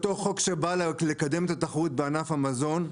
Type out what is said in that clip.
אותו חוק שבא לקדם את התחרות בענף המזון,